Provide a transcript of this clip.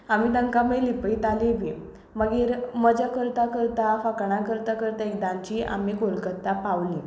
आमी ताका मागीर लिपयताली बि मागीर मजा करता करतां फकाणां करता करतां एकदाची आमी कोलकत्ता पावली